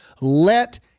let